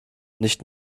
nicht